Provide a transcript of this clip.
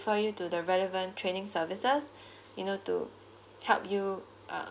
for you to the relevant training services you know to help you uh